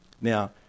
Now